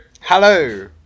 Hello